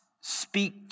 Speak